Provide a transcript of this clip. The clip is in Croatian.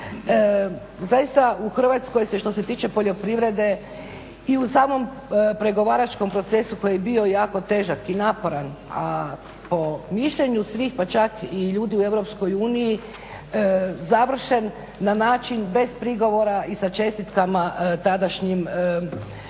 Zaista u Hrvatskoj se što se tiče poljoprivrede i u samom pregovaračkom procesu koji je bio jako težak i naporan, a po mišljenju svih pa čak i ljudi u Europskoj uniji završen na način bez prigovora i sa čestitkama tadašnjim članovima